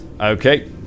okay